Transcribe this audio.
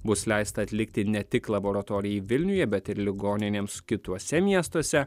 bus leista atlikti ne tik laboratorijai vilniuje bet ir ligoninėms kituose miestuose